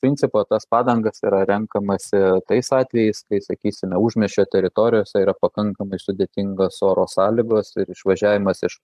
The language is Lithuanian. principo tas padangas yra renkamasi tais atvejais kai sakysime užmiesčio teritorijose yra pakankamai sudėtingos oro sąlygos ir išvažiavimas iš